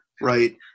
Right